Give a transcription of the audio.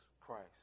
Christ